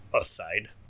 aside